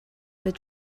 but